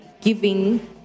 giving